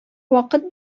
вакыт